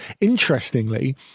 Interestingly